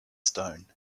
stone